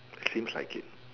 seems like it